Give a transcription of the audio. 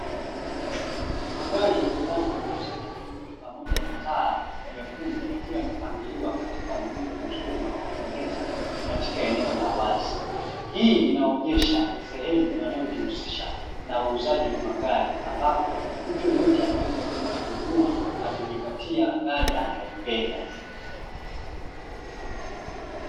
Magari yenye rangi nyeusi na nyeupe pamoja na taa nyekundu yakiwa yamepangiliwa katika muundo mzuri na wa kupendeza katika eneo la wazi. Hii inaonesha ni sehemu wanayojihusisha na uuzaji wa magari, ambapo mtu yoyote anaweza kwenda kununua na kujipatia gari analolipenda.